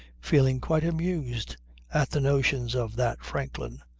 feeling quite amused at the notions of that franklin.